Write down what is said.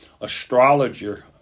astrologer